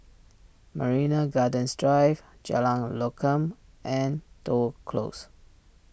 Marina Gardens Drive Jalan Lokam and Toh Close